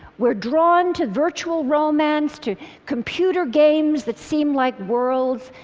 we're drawn to virtual romance, to computer games that seem like worlds,